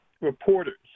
reporters